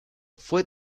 fue